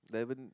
eleven